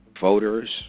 voters